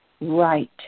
right